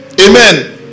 Amen